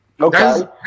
Okay